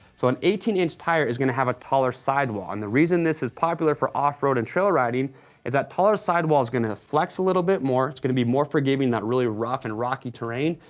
so an eighteen inch tire is gonna have a taller sidewall, and the reason this is popular for off-road and trail riding is that taller sidewall is gonna flex a little bit more, is gonna be more forgiving in that really rough and rocky terrain.